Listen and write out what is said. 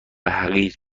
حقیر